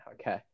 okay